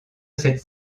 cette